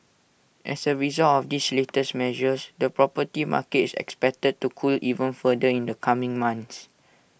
as A result of these latest measures the property market is expected to cool even further in the coming months